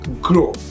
grow